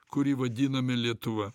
kurį vadiname lietuva